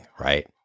Right